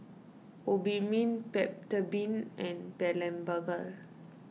Obimin Peptamen and Blephagel